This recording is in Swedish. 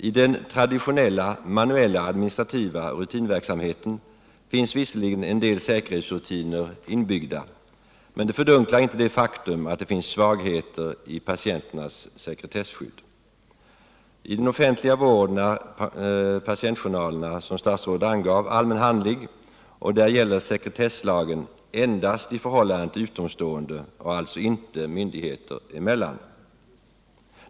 I den traditionella manuella administrativa rutinverksamheten finns visserligen en del säkerhetsrutiner inbyggda, men det fördunklar inte det faktum att det finns svagheter i patienternas sekretesskydd. I den offentliga vården är patientjournalerna allmän handling, och där gäller sekretesslagen endast i förhållande till utomstående och alltså inte myndigheter emellan.